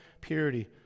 purity